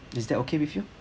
is that okay with you